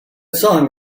song